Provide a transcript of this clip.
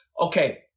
Okay